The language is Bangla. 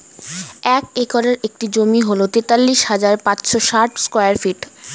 এক একরের একটি জমি হল তেতাল্লিশ হাজার পাঁচশ ষাট স্কয়ার ফিট